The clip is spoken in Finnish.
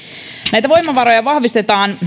näitä voimavaroja vahvistetaan